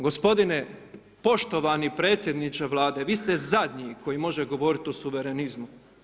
Gospodine poštovani predsjedniče Vlade, vi ste zadnji koji može govoriti o suvremenizmu.